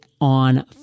on